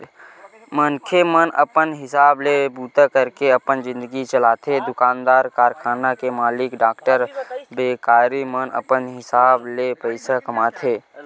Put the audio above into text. मनखे मन अपन हिसाब ले बूता करके अपन जिनगी चलाथे दुकानदार, कारखाना के मालिक, डॉक्टर, बेपारी मन अपन हिसाब ले पइसा कमाथे